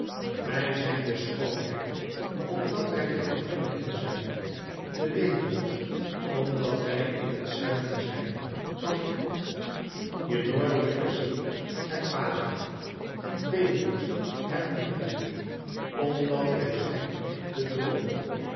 wij zijn de schoonheid omdat wij de herinnering zijn de weemoed omdat wij in het zuiden zijn wat lokt je noordelijke ziel het vage weemoed herinnering omdat wij zijn de droom